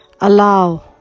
allow